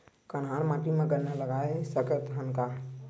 कन्हार माटी म गन्ना लगय सकथ न का?